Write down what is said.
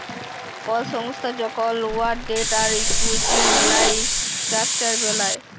call সংস্থা যখল উয়ার ডেট আর ইকুইটি মিলায় ইসট্রাকচার বেলায়